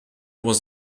was